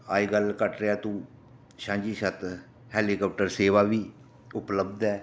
अजकल कटरै तूं सांझीछत्त हेलीकॉप्टर सेवा बी उपलब्ध ऐ